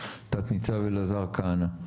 תת-ניצב אלעזר כהנא.